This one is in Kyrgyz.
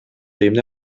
эмне